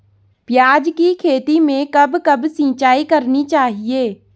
प्याज़ की खेती में कब कब सिंचाई करनी चाहिये?